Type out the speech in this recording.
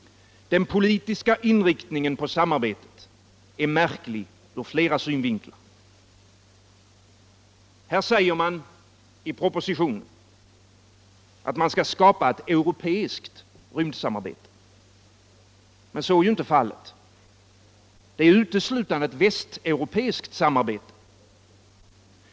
Den politiska inriktningen på samarbetet är märklig ur flera synvinklar. I propositionen säger man att man skall skapa ett europeiskt rymdsamarbete. Så är inte fallet. Det är uteslutande ett västeuropeiskt samarbete.